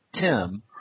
Tim